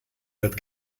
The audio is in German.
wird